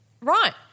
Right